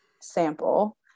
sample